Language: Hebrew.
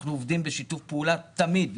אנחנו עובדים בשיתוף פעולה תמיד,